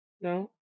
No